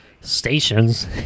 stations